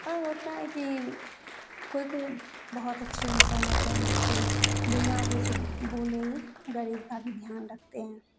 पर होता है कि कोई कोई बहुत अच्छे इंसान होते हैं ना तो वो बिना कुछ बोले ही गरीब का भी ध्यान रखते हैं